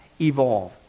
evolve